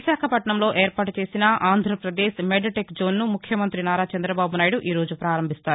విశాఖపట్నంలో ఏర్పాటుచేసిన ఆంధ్రాపదేశ్ మెద్టెక్ జోన్ను ముఖ్యమంతి నారా చంద్రబాబునాయుడు ఈరోజు పారంభిస్తారు